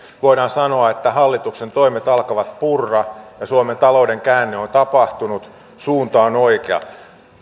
voidaan sanoa että hallituksen toimet alkavat purra ja suomen talouden käänne on tapahtunut suunta on oikea